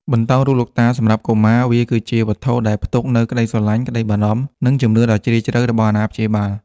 បន្តោងរូបលោកតាសម្រាប់កុមារវាគឺជាវត្ថុដែលផ្ទុកនូវក្តីស្រឡាញ់ ក្តីបារម្ភ និងជំនឿដ៏ជ្រាលជ្រៅរបស់អាណាព្យាបាល។